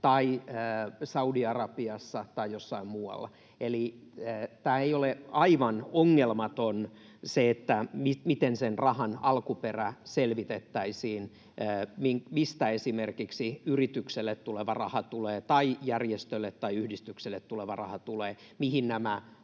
tai Saudi-Arabiassa tai jossain muualla. Eli ei ole aivan ongelmatonta se, miten sen rahan alkuperä selvitettäisiin, mistä esimerkiksi yritykselle tai järjestölle tai yhdistykselle tuleva raha tulee, mihin nämä